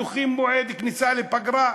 דוחים מועד כניסה לפגרה,